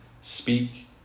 speak